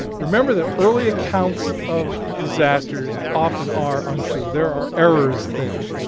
remember that early accounts of disasters often are untrue. there are errors there.